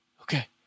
okay